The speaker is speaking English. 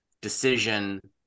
decision